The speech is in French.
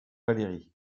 valeri